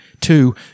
Two